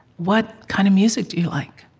what kind of music do you like?